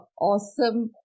awesome